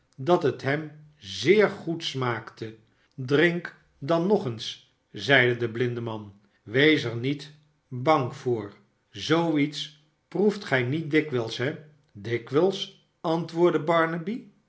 dat het hem zeer goed smaakte adrink dan nog eens zeide de blindeman wees er niet bang voor zoo iets proeft gij niet dikwijls he dikwijls antwoordde